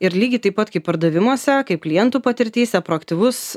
ir lygiai taip pat kaip pardavimuose kaip klientų patirtyse proaktyvus